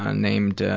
ah named, ah